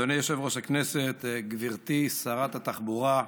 אדוני יושב-ראש הכנסת, גברתי שרת התחבורה,